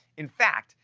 in fact,